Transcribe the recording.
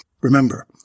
Remember